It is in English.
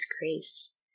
grace